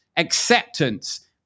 acceptance